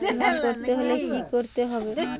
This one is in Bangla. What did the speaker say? বিমা করতে হলে কি করতে হবে?